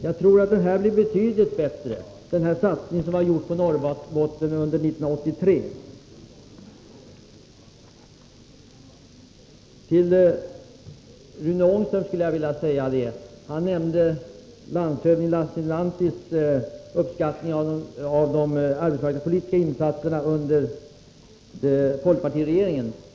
Jag tror att det här blir betydligt bättre — den här satsningen som vi gjort på Norrbotten under 1983. Rune Ångström nämnde landshövding Lassinanttis uppskattning av de arbetsmarknadspolitiska insatserna under folkpartiregeringen.